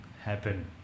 happen